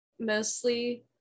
mostly